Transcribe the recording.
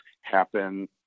happen